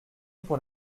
pour